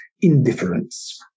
indifference